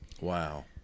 Wow